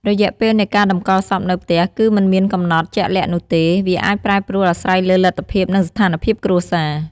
រយៈពេលនៃការតម្កល់សពនៅផ្ទះ គឺមិនមានកំណត់ជាក់លាក់នោះទេ វាអាចប្រែប្រួលអាស្រ័យលើលទ្ធភាព និងស្ថានភាពគ្រួសារ។